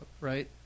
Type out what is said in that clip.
right